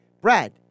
Brad